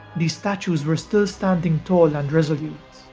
these statues were still standing tall and resolute,